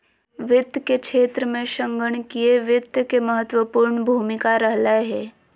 वित्त के क्षेत्र में संगणकीय वित्त के महत्वपूर्ण भूमिका रहलय हें